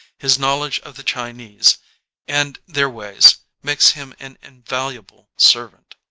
his knowledge of the chinese and their ways makes him an invaluable servant.